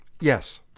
yes